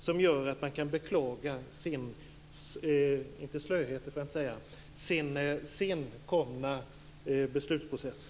Beklagar man inte senfärdigheten i beslutsprocessen?